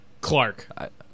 clark